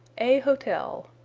a hotel.